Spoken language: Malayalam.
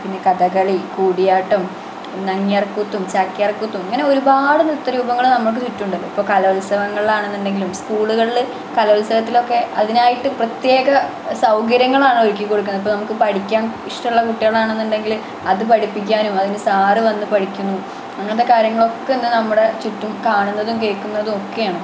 പിന്നെ കഥകളി കൂടിയാട്ടം നങ്ങ്യാർകൂത്തും ചാക്ക്യാർക്കൂത്തും ഇങ്ങനെ ഒരുപാട് നൃത്തരൂപങ്ങൾ നമക്ക് ചുറ്റുമുണ്ടല്ലോ ഇപ്പം കലോത്സവങ്ങളാണെന്നുണ്ടെങ്കിലും സ്കൂളുകളിൽ കലോത്സവത്തിലൊക്കെ അതിനായിട്ട് പ്രത്യേക സൗകര്യങ്ങളാണ് ഒരുക്കി കൊടുക്കുന്നത് ഇപ്പം നമുക്ക് പഠിക്കാൻ ഇഷ്ടമുള്ള കുട്ടികളാണ് എന്നുണ്ടെങ്കിൽ അത് പഠിപ്പിക്കാനും അതിന് സാറ് വന്ന് പഠിക്കുന്നു അങ്ങനത്തെ കാര്യങ്ങളൊക്കെ ഇന്ന് നമ്മുടെ ചുറ്റും കാണുന്നതും കേൾക്കുന്നതും ഒക്കെയാണ്